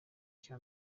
cya